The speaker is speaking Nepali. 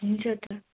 हुन्छ त